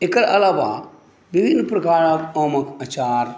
एकर अलावा विभिन्न प्रकारक आमक अचार